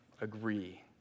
agree